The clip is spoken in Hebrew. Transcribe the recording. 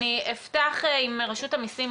אני אפתח עם רשות המיסים.